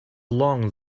long